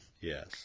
Yes